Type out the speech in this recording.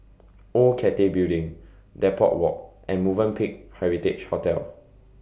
Old Cathay Building Depot Walk and Movenpick Heritage Hotel